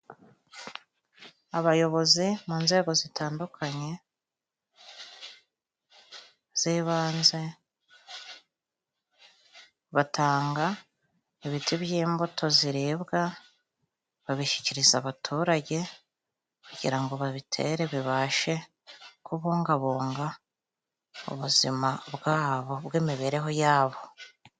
Abayobozi mu nzego zitandukanye z'ibanze, batanga ibiti by'imbuto ziribwa, babishyikiriza abaturage, kugira ngo babitere bibashe kubungabunga ubuzima bwabo bw'imibereho yabo.